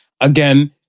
again